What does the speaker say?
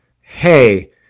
hey